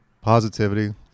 positivity